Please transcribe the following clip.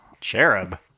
cherub